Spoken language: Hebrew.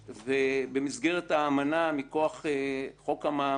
ובמסגרת האמנה מכוח חוק המעמד,